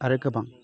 आरो गोबां